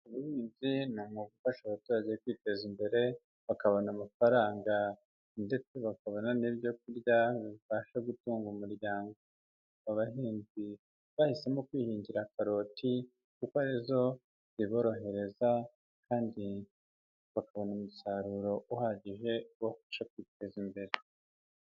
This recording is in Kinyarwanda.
Ubuhinzi ni umwuga ufasha abaturage kwiteza imbere bakabona amafaranga ndetse bakabona n'ibyo kurya bibafasha gutunga umuryango, aba bahinzi bahisemo kwihingira karoti kuko ari zo ziborohereza kandi bakabona umusaruro uhagije ubafasha kwiteza imbere.